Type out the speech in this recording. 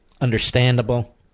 understandable